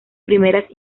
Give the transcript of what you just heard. primeras